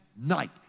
night